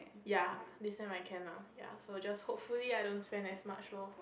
ya this sem I can ah ya so just hopefully I don't spend as much lor